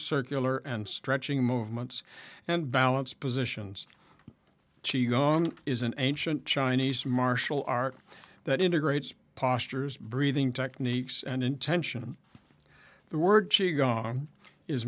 circular and stretching movements and balance positions ci gong is an ancient chinese martial art that integrates postures breathing techniques and intention the word she gone is